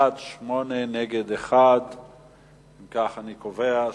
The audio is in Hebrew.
התש"ע 2010. אנחנו עוברים להצבעה.